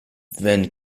wenn